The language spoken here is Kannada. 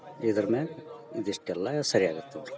ಇದ್ರ ಮ್ಯಾಗ ಇದು ಇಷ್ಟೆಲ್ಲ ಸರಿ ಆಗತ್ತೆ ತೊಗೋರಿ